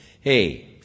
Hey